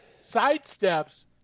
sidesteps